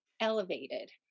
elevated